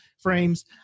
frames